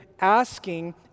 asking